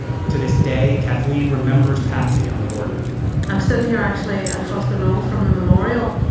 to this day, kathleen remembers patsy on the border i'm sitting here actually across the road from the memorial.